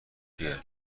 چیه